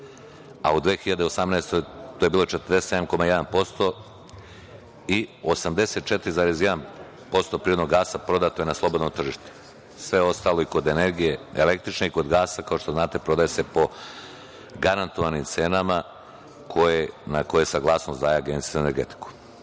a u 2018. godini je to bilo 47,1% i 84,1% prirodnog gasa prodato je na slobodno tržište. Sve ostalo, kod električne energije i kod gasa, kao što znate, prodaje se po garantovanim cenama na koje saglasnost daje Agencija za